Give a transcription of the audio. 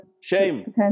shame